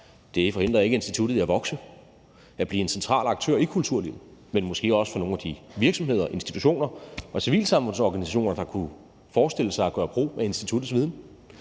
Det forhindrer ikke instituttet i at vokse og blive en central aktør i kulturlivet, men måske også for nogle af de virksomheder, institutioner og civilsamfundsorganisationer, der kunne forestille sig at gøre brug af instituttets viden.